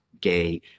gay